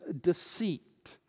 deceit